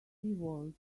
world